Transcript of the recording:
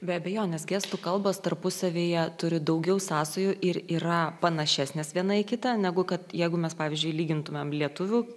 be abejonės gestų kalbos tarpusavyje turi daugiau sąsajų ir yra panašesnės viena į kitą negu kad jeigu mes pavyzdžiui lygintumėm lietuvių